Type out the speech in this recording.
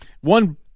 One